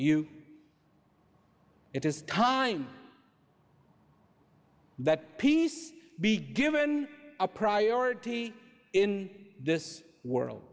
you it is time that peace be given a priority in this world